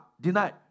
denied